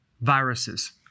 viruses